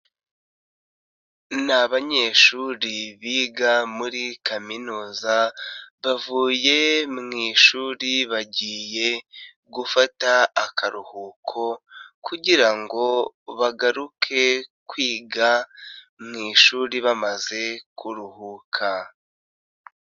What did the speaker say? Ni abanyeshuri biga muri kaminuza bavuye mu ishuri bagiye gufata akaruhuko kugirango bagaruke kwiga mu ishuri bamaze kuruhuka.